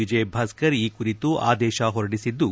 ವಿಜಯ್ಭಾಸ್ತರ್ ಈ ಕುರಿತು ಆದೇಶ ಹೊರಡಿಸಿದ್ದು